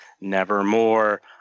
nevermore